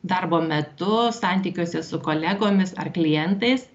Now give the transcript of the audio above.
darbo metu santykiuose su kolegomis ar klientais